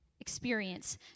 experience